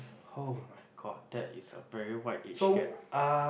oh-my-god that is a very wide age gap